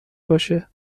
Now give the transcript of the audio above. باشه